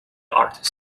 artist